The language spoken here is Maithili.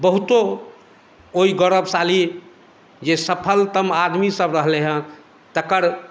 बहुतो ओहि गौरवशाली जे सफलतम आदमी सब रहलै हँ तकर